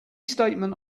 statement